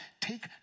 Take